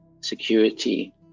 security